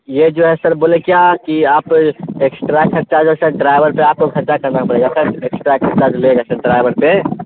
یہ جو ہے سر بولے کیا کہ آپ ایکسٹرا خرچہ جیسے ڈرائیور پہ آپ کو خرچہ کرنا پڑے گا سر ایکسٹرا خرچہ جو لے گا سر ڈرائیور سے